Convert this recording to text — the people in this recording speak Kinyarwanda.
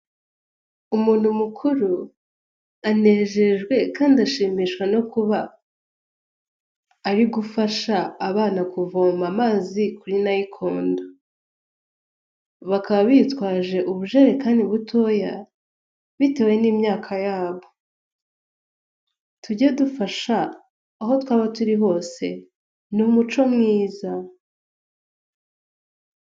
Umuntu mukuru anejejwe kandi ashimishwa no kuba ari gufasha abana kuvoma amazi kuri nayikondo, bakaba bitwaje ubujerekani butoya bitewe n'imyaka yabo, tujye dufasha aho twaba turi hose ni umuco mwiza.